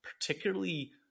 particularly